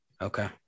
Okay